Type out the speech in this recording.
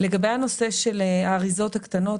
לגבי הנושא של האריזות הקטנות,